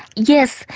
yes.